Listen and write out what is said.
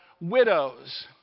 widows